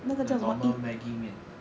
the normal maggi 面